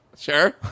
Sure